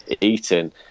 eaten